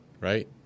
right